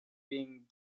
being